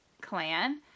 clan